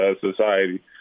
society